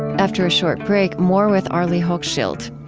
after a short break, more with arlie hochschild.